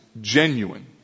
genuine